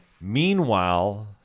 Meanwhile